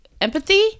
empathy